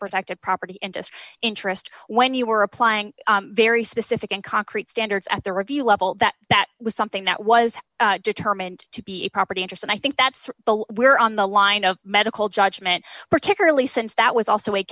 protected property interest interest when you were applying very specific and concrete standards at the review level that that was something that was determined to be a property interest and i think that's the law we're on the line of medical judgment particularly since that was also a